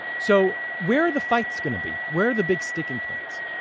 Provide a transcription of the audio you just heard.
so where are the fights going to be? where are the big sticking points?